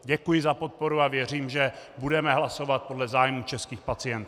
Děkuji za podporu a věřím, že budeme hlasovat podle zájmů českých pacientů.